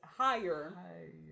higher